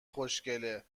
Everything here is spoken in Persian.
خوشگله